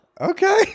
Okay